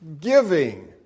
giving